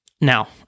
Now